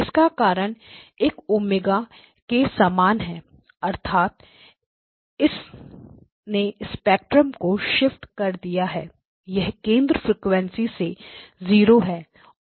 इसका कारण एक ओमेगा के समान है अर्थात इसने स्पेक्ट्रम को शिफ्ट कर दिया है यह केंद्र फ्रीक्वेंसी से 0 है